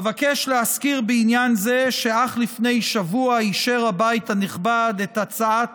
אבקש להזכיר בעניין זה שאך לפני שבוע אישר הבית הנכבד את הצעת